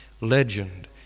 legend